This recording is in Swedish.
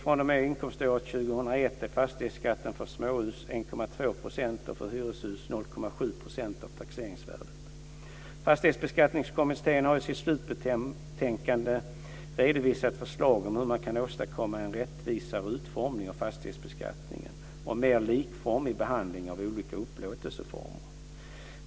fr.o.m. , redovisat förslag om hur man kan åstadkomma en rättvisare utformning av fastighetsbeskattningen och en mer likformig behandling av olika upplåtelseformer.